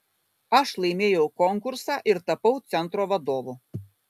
aš laimėjau konkursą ir tapau centro vadovu